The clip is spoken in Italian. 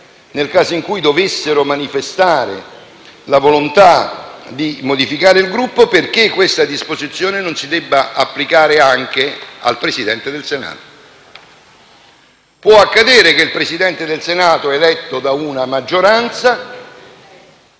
nel caso in cui dovessero manifestare la volontà di modificare Gruppo, perché questa disposizione non si debba applicare anche al Presidente del Senato. Può accadere, infatti, che il Presidente del Senato, eletto da una maggioranza,